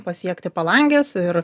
pasiekti palanges ir